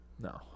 No